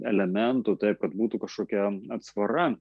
elementų taip kad būtų kažkokia atsvara